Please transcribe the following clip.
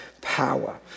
power